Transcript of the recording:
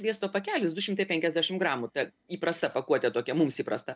sviesto pakelis du šimtai penkiasdešim gramų ta įprasta pakuotė tokia mums įprasta